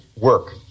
work